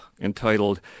entitled